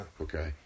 Okay